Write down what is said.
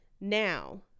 Now